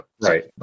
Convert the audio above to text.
Right